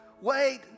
wait